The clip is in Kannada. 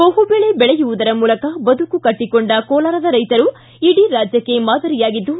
ಬಹುಬೆಳೆ ಬೆಳೆಯುವುದರ ಮೂಲಕ ಬದುಕು ಕಟ್ಟಿಕೊಂಡ ಕೋಲಾರದ ರೈತರು ಇಡೀ ರಾಜ್ಯಕ್ಕೆ ಮಾದರಿಯಾಗಿದ್ದು